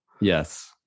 Yes